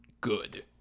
good